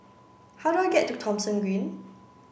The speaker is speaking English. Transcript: how do I get to Thomson Green